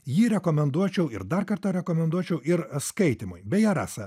jį rekomenduočiau ir dar kartą rekomenduočiau ir skaitymui beje rasa